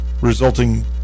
resulting